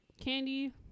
Candy